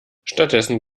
stattdessen